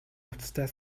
хувцастай